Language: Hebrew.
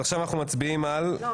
אז עכשיו אנחנו מצביעים על --- לא,